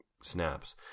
snaps